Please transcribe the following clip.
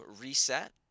reset